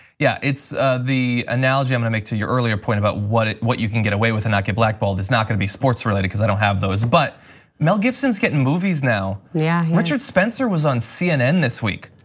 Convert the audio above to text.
yeah it's the analogy i'm gonna make to your earlier point about what what you can get away with and not get blackballed is not gonna be sports-related cuz i don't have those. but mel gibson's getting movies now. yeah. richard spencer was on cnn this week.